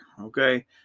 Okay